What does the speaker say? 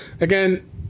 Again